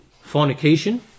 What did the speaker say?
fornication